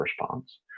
response